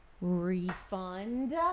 Refund